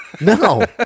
No